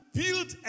build